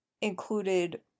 included